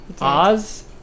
Oz